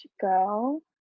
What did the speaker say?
go